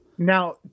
Now